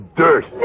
dirt